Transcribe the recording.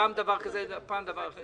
ופעם דבר כזה ופעם דבר אחר.